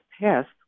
passed